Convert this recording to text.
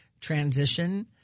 transition